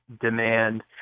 demand